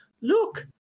look